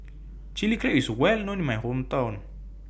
Chilli Crab IS Well known in My Hometown